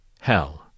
Hell